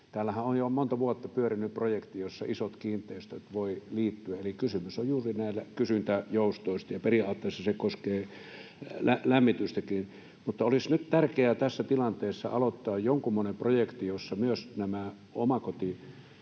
Täällähän on jo monta vuotta pyörinyt projekti, jossa isot kiinteistöt voivat liittyä, eli kysymys on juuri kysyntäjoustoista, ja periaatteessa se koskee lämmitystäkin. Mutta olisi nyt tärkeää tässä tilanteessa aloittaa jonkunmoinen projekti, jossa myös omakoti-